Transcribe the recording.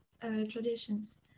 traditions